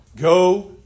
Go